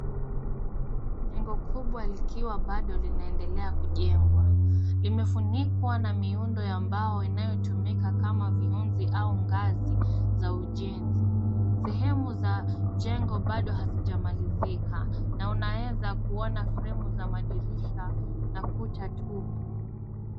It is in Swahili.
Jengo kubwa likiwa bado linaendelea kujengwa. Limefunikwa na miundo ya mbao inayotumika kama viunzi au ngazi za ujenzi. Sehemu za jengo bado hazijamalizika na unaweza kuona fremu za madirisha na kuta tupu.